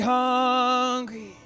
hungry